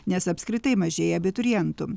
nes apskritai mažėja abiturientų